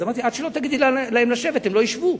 אמרתי: עד שלא תגידי להן לשבת, הן לא ישבו.